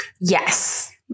Yes